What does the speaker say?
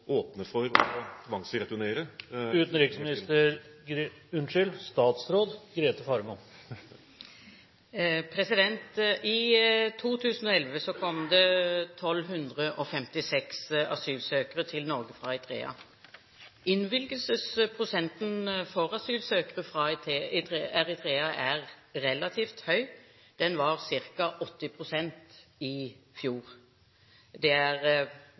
for å tvangsreturnere … I 2011 kom det 1 256 asylsøkere til Norge fra Eritrea. Innvilgelsesprosenten for asylsøkere fra Eritrea er relativt høy, den var på ca. 80 pst. per utgangen av november i fjor. De siste møtene som norske myndigheter, etter det